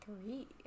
three